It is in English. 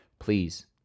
Please